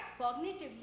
cognitively